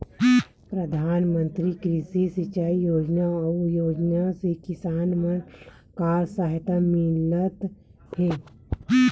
प्रधान मंतरी कृषि सिंचाई योजना अउ योजना से किसान मन ला का सहायता मिलत हे?